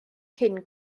cyn